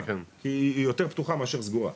כי היא יותר פתוחה מאשר סגורה.